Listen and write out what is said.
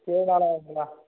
ஏழுநாள் ஆகும்ங்களா